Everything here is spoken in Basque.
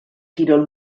kirol